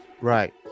Right